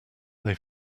they